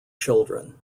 children